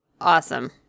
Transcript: Awesome